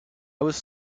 was